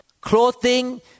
clothing